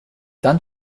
dann